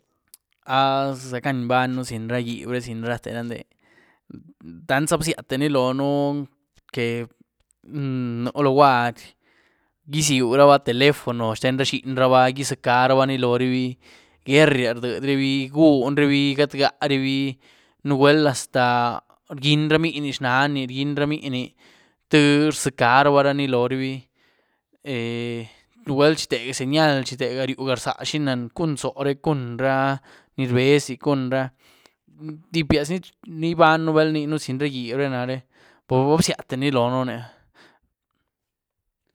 ¿Ah zac' gan ibanyën zin ra giieb re, sin rate ra ndé? Tanzá bzíate ni loóhën, que nú luguary gyízieuruba telefono xten ra zhinyraba, izacaraba ni lorubi guerría rdiedrabi, guúnrabi, gadgarubi, nugwel hasta rgyiény ra mniny xhán ni, rgyiény ra mninyni, tïé rzacarabani lorubi, nugwel chi tega señal, chi tega, ryuh garzá cun zóoh re, cun ra ni rbez lií, cun ra, tipi áz ni ibanyën zin ra giieb re nare pur ba bziate ni loóhën ni.